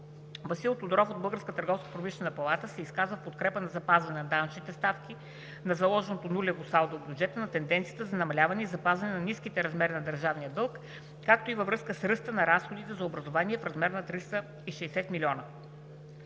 палата се изказа в подкрепа на запазването на данъчните ставки, на заложеното нулево салдо в бюджета, на тенденцията за намаляване и запазване на ниски размери на държавния дълг, както и във връзка с ръста на разходите за образование в размер на 360 млн.